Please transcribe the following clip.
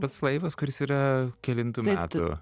pats laivas kuris yra kelintų metų